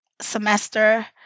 semester